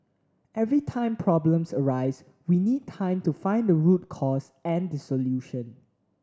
every time problems arise we need time to find the root cause and the solution